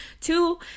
Two